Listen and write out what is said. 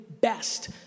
best